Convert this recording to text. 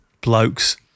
blokes